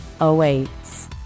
awaits